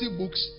books